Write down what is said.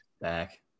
Back